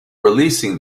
releasing